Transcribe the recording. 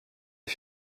des